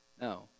No